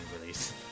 release